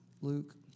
Luke